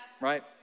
right